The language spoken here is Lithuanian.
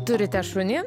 turite šunį